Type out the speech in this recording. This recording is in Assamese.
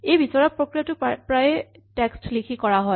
এই বিচৰা প্ৰক্ৰিয়াটো প্ৰায়ে টেক্স্ট লিখি কৰা হয়